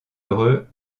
heureux